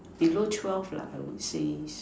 below twelve lah I would say is